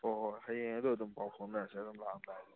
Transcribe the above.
ꯑꯣ ꯍꯣꯏ ꯍꯣꯏ ꯍꯌꯦꯡ ꯑꯗꯨ ꯑꯗꯨꯝ ꯄꯥꯎ ꯐꯥꯎꯅꯔꯁꯤ ꯑꯗꯨꯝ ꯂꯥꯛꯑꯝꯗꯥꯏꯗꯨꯗ